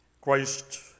christ